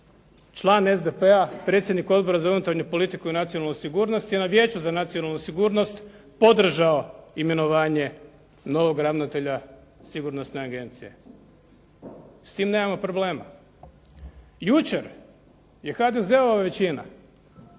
član SDP-a predsjednik Odbora za unutarnju politiku i nacionalnu sigurnost je na Vijeću za nacionalnu sigurnost podržao imenovanje novog ravnatelja sigurnosne agencije. S tim nemamo problema. Jučer je HDZ-ova većina